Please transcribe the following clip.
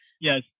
Yes